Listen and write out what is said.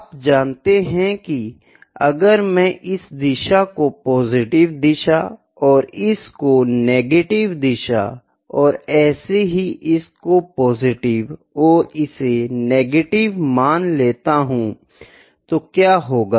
आप जानते है की अगर मैं इस दिशा को पॉजिटिव दिशा और इस को नेगेटिव दिशा और ऐसे ही इसको पॉजिटिव और इसे नेगेटिव मान लेता हूँ तो क्या होगा